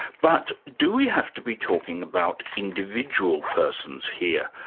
but do we have to be talking about individual persons here,